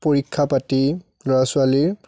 পৰীক্ষা পাতি ল'ৰা ছোৱালীৰ